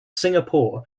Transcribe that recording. singapore